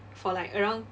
for like around